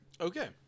okay